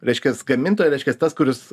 reiškias gamintojo reiškias tas kuris